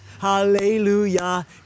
hallelujah